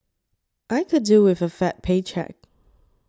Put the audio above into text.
I could do with a fat paycheck